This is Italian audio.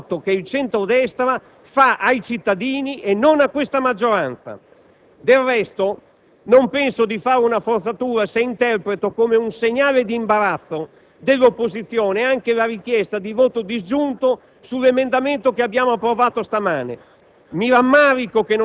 pertanto un torto che il centro-destra fa ai cittadini, e non a questa maggioranza. Del resto, non penso di fare una forzatura se interpreto come un segnale di imbarazzo dell'opposizione anche la richiesta di voto disgiunto sull'emendamento approvato questa